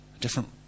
different